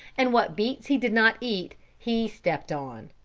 and what beets he did not eat, he stepped on.